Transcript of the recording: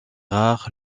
rare